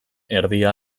erdia